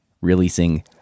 releasing